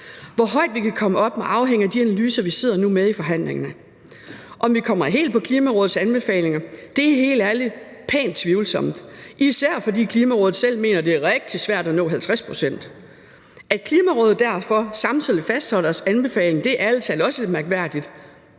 Hvor højt vi kan komme op må afhænge af de analyser, vi sidder med nu i forhandlingerne. Om vi kommer helt op på Klimarådets anbefalinger er helt ærligt pænt tvivlsomt, især fordi Klimarådet selv mener, at det er rigtig svært at nå 50 pct. At Klimarådet derfor samtidig fastholder deres anbefaling er ærligt talt også lidt mærkværdigt.